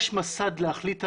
יש מסד להחליט עליו,